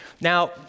Now